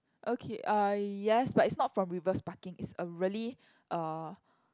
okay uh yes but it's not from reverse parking it's a really uh